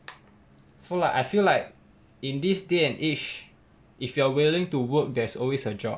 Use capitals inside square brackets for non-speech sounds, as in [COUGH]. [NOISE] so like I feel like in this day and age if you are willing to work there's always a job